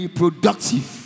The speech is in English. productive